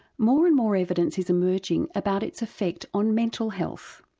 more and more evidence is emerging about its effect on mental health.